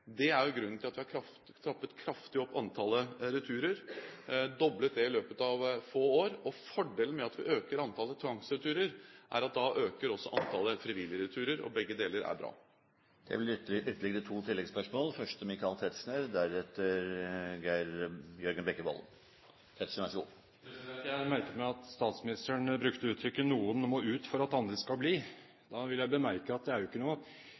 Det er jo grunnen til at vi har trappet kraftig opp antallet returer og doblet dem i løpet av få år. Fordelen med at vi øker antallet tvangsreturer, er at da øker også antallet frivillige returer, og begge deler er bra. Det blir gitt anledning til ytterligere to oppfølgingsspørsmål – først Michael Tetzschner. Jeg merket meg at statsministeren brukte uttrykket at noen må ut for at andre skal bli. Da vil jeg bemerke at det er jo ikke